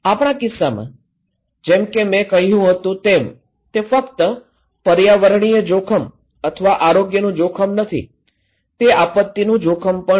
આપણા કિસ્સામાં જેમ કે મેં કહ્યું હતું તેમ તે ફક્ત પર્યાવરણીય જોખમ અથવા આરોગ્યનું જોખમ નથી તે આપત્તિનું જોખમ પણ છે